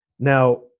Now